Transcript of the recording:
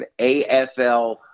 AFL